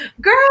Girl